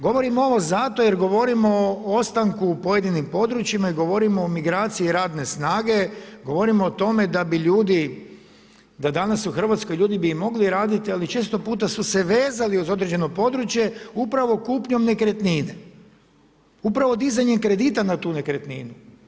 Govorim ovo zato jer govorimo o ostanku u pojedinim područjima i govorimo o migraciji radne snage, govorimo o tome da bi ljudi da danas u Hrvatskoj ljudi bi i mogli raditi, ali često puta su se vezali uz određeno područje upravo kupnjom nekretnine, upravo dizanjem kredita na tu nekretninu.